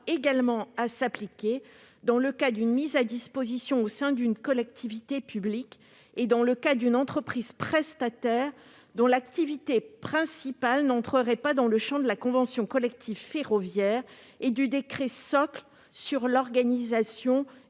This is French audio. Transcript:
également à s'appliquer dans le cas d'une mise à disposition au sein d'une collectivité publique et dans le cas d'une entreprise prestataire dont l'activité principale n'entrerait pas dans le champ de la convention collective ferroviaire et du décret socle sur l'organisation et